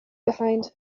behind